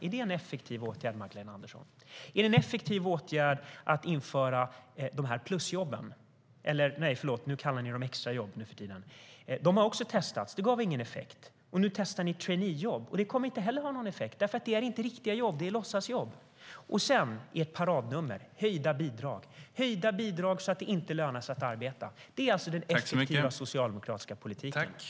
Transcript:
Är det en effektiv åtgärd, Magdalena Andersson?